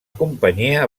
companyia